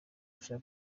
bya